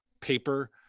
paper